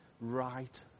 right